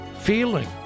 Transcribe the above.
feeling